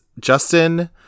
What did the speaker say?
Justin